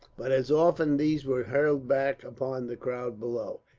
but as often these were hurled back upon the crowd below.